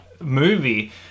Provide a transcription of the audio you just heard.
movie